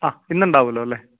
ആ ഇന്നുണ്ടാവുമല്ലോ അല്ലേ